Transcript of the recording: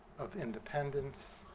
of independence,